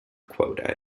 quota